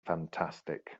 fantastic